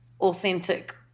authentic